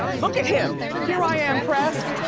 look at him. here i am press.